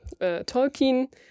Tolkien